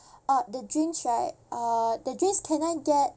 uh the drinks right uh the drinks can I get